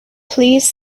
please